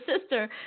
sister